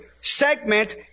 segment